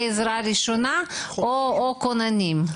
כמגישי עזרה ראשונה או כוננים?